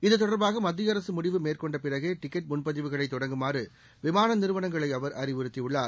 இது தொடர்பாக மத்திய அரசு முடிவு மேற்கொண்ட பிறகே டிக்கெட் முன்பதிவுகளை தொடங்குமாறு விமான நிறுவனங்களை அவர் அறிவுறுத்தியுள்ளார்